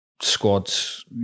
squads